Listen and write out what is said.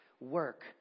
work